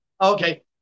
Okay